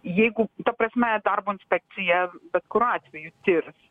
jeigu ta prasme darbo inspekcija bet kuriuo atveju tirs